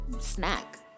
snack